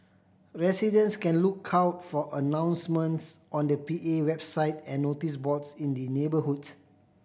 residents can look out for announcements on the P A website and notice boards in the neighbourhood